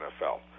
NFL